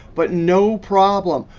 but no problem.